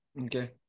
Okay